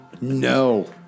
No